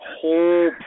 whole